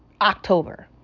October